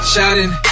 Shining